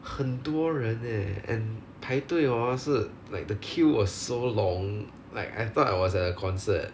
很多人 eh and 排队 hor 是 like the queue was so long like I thought I was at a concert